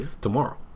Tomorrow